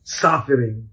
suffering